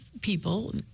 people